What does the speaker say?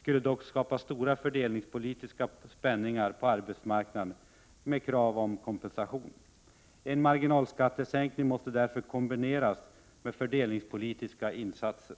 skulle dock skapa stora fördelningspolitiska spänningar på arbetsmarknaden med kompensationskrav som följd. En marginalskattesänkning måste därför kombineras med fördelningspolitiska insatser.